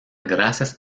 gracias